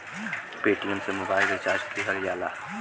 Paytm से mobile recharge किहल जा सकला